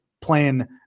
playing